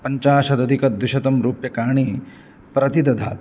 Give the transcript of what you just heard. पञ्चाशदधिकद्विशतं रूप्यकाणि प्रतिददातु